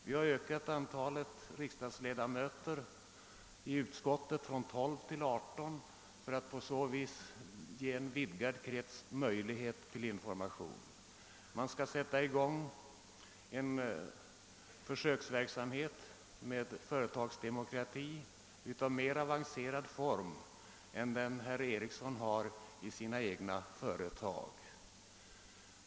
Vi har ökat antalet riksdagsledamöter vid bolagsstämman från 12 till 18 för att på så vis ge en vidgad krets möjlighet till information. Det skall sättas i gång en försöksverksamhet med företagsdemokrati i mer avancerad form än den herr Ericsson har i sina egna företag.